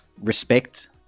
respect